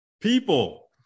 people